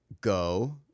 go